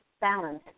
balance